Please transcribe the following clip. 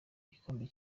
igikombe